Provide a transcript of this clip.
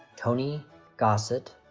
tony gossett